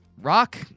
Rock